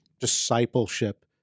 discipleship